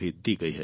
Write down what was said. भी दी गई है